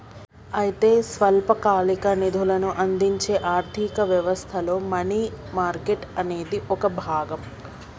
అయితే స్వల్పకాలిక నిధులను అందించే ఆర్థిక వ్యవస్థలో మనీ మార్కెట్ అనేది ఒక భాగం